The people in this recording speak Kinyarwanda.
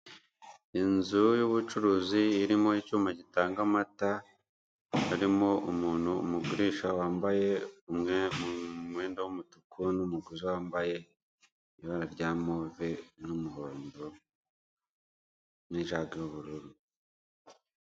Inzu y'ubucuruzi irimo icyuma gitanga amata, harimo umuntu umugurisha wambaye umwe umwenda w'umutuku n'umuguzi wambaye ibara rya move n'umuhondo n'ijagi y'ubururu.